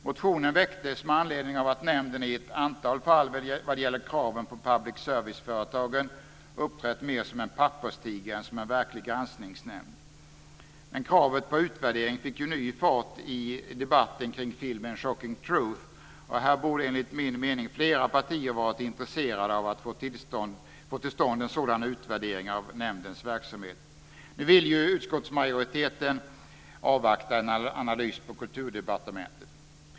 Motionen väcktes med anledning av att nämnden i ett antal fall vad gäller kraven på public service-företagen uppträtt mer som en papperstiger än som en verklig granskningsnämnd. Men kravet på utvärdering fick ju ny fart i debatten kring filmen Shocking truth, och här borde enligt min mening flera partier varit intresserade av att få till stånd en sådan utvärdering av nämndens verksamhet. Nu vill utskottsmajoriteten avvakta en analys från Kulturdepartementet.